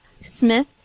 Smith